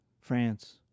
France